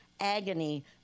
agony